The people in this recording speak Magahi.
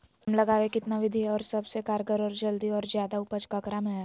आम लगावे कितना विधि है, और सबसे कारगर और जल्दी और ज्यादा उपज ककरा में है?